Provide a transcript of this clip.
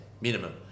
minimum